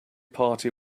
party